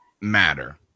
matter